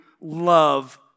love